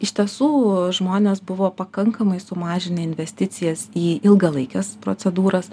iš tiesų žmonės buvo pakankamai sumažinę investicijas į ilgalaikes procedūras